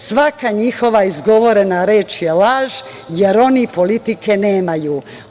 Svaka njihova izgovorena reč je laž, jer oni politike nemaju.